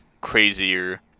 crazier